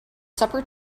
supper